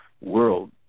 world